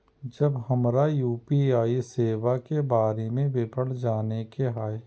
जब हमरा यू.पी.आई सेवा के बारे में विवरण जाने के हाय?